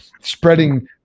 spreading